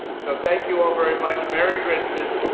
so thank you all very much. merry christmas.